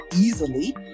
easily